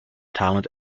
talent